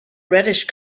reddish